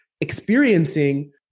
experiencing